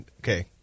Okay